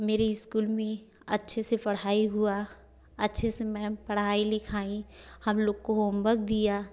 मेरे स्कूल में अच्छे से पढ़ाई हुआ अच्छे से मैम पढ़ाईं लिखाईं हम लोगों को होमबक दिया